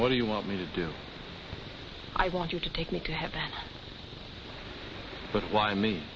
what do you want me to do i want you to take me to heaven but why me